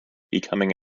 becoming